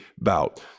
bout